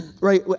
Right